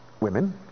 women